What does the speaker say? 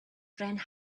friend